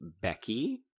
Becky